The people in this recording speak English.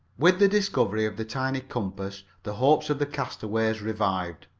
with the discovery of the tiny compass the hopes of the castaways revived.